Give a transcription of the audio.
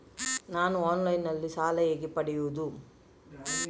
ನಾನು ಆನ್ಲೈನ್ನಲ್ಲಿ ಸಾಲ ಹೇಗೆ ಪಡೆಯುವುದು?